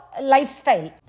lifestyle